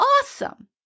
awesome